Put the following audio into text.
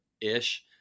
Ish